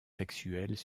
sexuels